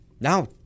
Now